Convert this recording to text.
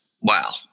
wow